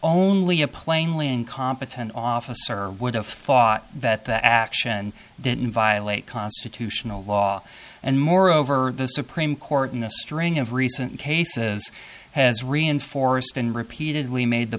only a plainly incompetent officer would have thought that the action didn't violate constitutional law and moreover the supreme court in a string of recent cases has reinforced and repeatedly made the